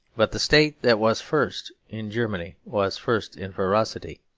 but the state that was first in germany was first in ferocity.